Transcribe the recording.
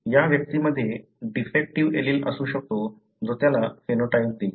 या व्यक्तीमध्ये defective allele असु शकतो जो त्याला फेनोटाइप देईल